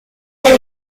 obra